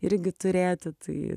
irgi turėti tai